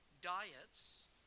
Diets